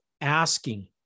asking